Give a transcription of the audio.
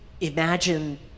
imagine